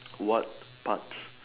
what parts